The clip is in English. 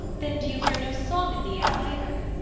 then do you hear no song in the air, either?